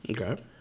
Okay